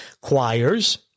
choirs